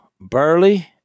Burley